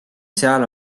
seal